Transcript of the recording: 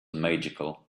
magical